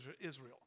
Israel